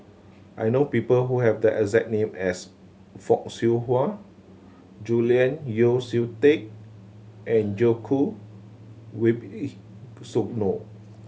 I know people who have the exact name as Fock Siew Wah Julian Yeo See Teck and Djoko